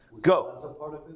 Go